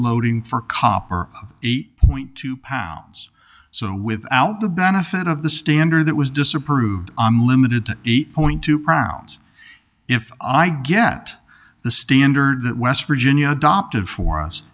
loading for copper eight point two pounds so without the benefit of the standard it was disapproved unlimited eight point two pounds if i get the standard west virginia adopted for us